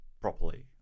properly